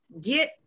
get